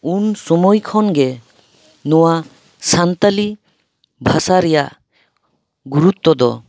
ᱩᱱ ᱥᱳᱢᱳᱭ ᱠᱷᱚᱱ ᱜᱮ ᱱᱚᱣᱟ ᱥᱟᱱᱛᱟᱞᱤ ᱵᱷᱟᱥᱟ ᱨᱮᱭᱟᱜ ᱜᱩᱨᱩᱛᱛᱚ ᱫᱚ